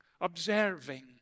observing